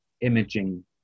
imaging